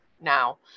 now